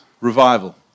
revival